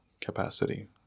capacity